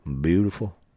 beautiful